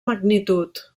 magnitud